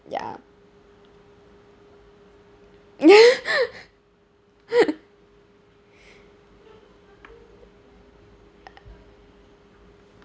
ya